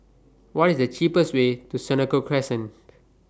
What IS The cheapest Way to Senoko Crescent